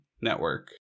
network